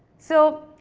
so,